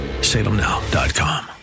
salemnow.com